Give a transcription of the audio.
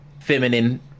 feminine